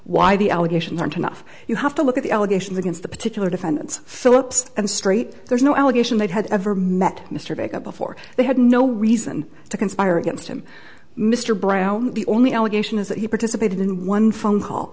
why the allegations aren't enough you have to look at the allegations against the particular defendant phillips and straight there's no allegation that had ever met mr vega before they had no reason to conspire against him mr brown the only allegation is that he participated in one phone call